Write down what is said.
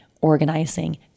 organizing